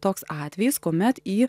toks atvejis kuomet į